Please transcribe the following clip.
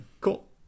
cool